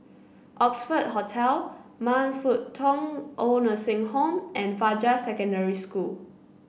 Oxford Hotel Man Fut Tong Old Nursing Home and Fajar Secondary School